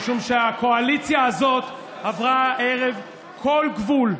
משום שהקואליציה הזאת עברה הערב כל גבול.